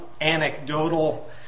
anecdotal